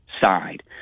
side